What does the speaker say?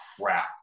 crap